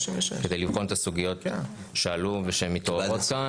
כדי לבחון את הסוגיות שעלו ושמתעוררות כאן.